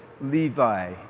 Levi